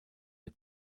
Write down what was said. der